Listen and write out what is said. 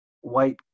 white